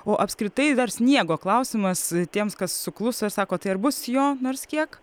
o apskritai dar sniego klausimas tiems kas sukluso ir sako tai ar bus jo nors kiek